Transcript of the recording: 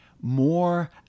more